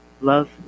love